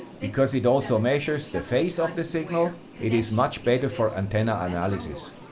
because it also measures the phase of the signal, it is much better for antenna analysis.